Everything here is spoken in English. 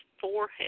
forehead